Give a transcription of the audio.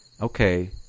okay